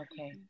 okay